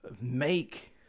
make